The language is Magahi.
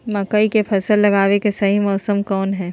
मकई के फसल लगावे के सही मौसम कौन हाय?